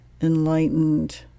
enlightened